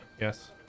yes